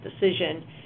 decision